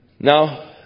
Now